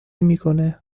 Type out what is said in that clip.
میکنه